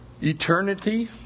Eternity